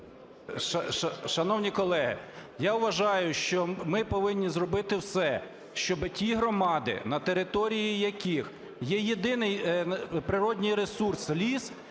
Шановні колеги, я вважаю, що ми повинні зробити все, щоб ті громади, на території яких є єдиний природній ресурс ліс і